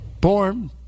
born